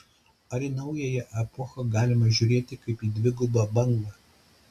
ar į naująją epochą galima žiūrėti kaip į dvigubą bangą